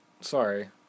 Sorry